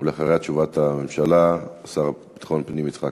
ואחריה תשובת הממשלה, השר לביטחון פנים יצחק